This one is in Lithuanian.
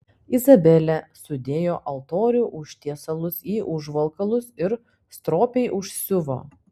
izabelė sudėjo altorių užtiesalus į užvalkalus ir stropiai užsiuvo